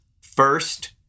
First